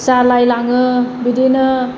जालायलाङो बिदिनो